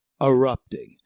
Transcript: erupting